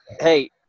Hey